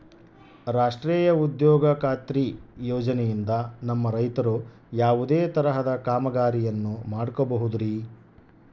ರಾಷ್ಟ್ರೇಯ ಉದ್ಯೋಗ ಖಾತ್ರಿ ಯೋಜನೆಯಿಂದ ನಮ್ಮ ರೈತರು ಯಾವುದೇ ತರಹದ ಕಾಮಗಾರಿಯನ್ನು ಮಾಡ್ಕೋಬಹುದ್ರಿ?